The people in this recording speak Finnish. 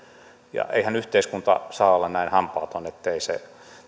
eihän yhteiskunta saa olla näin hampaaton ettei se